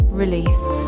release